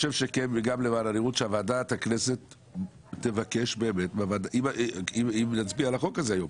אני חושב שלמען הנראות שוועדת הכנסת תבקש אם נצביע על החוק הזה היום